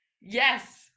Yes